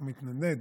הוא מתנדנד.